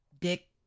dick